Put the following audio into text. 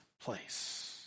place